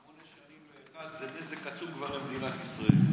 שמונה שנים לאחד זה כבר נזק עצום למדינת ישראל,